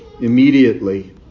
immediately